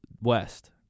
West